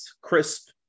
crisp